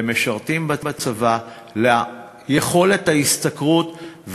למשרתים בצבא ולממצי יכולת ההשתכרות,